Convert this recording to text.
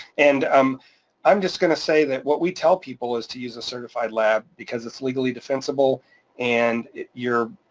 and um i'm just gonna say that what we tell people is to use a certified lab because it's legally defensible and you're.